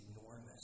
enormous